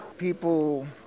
people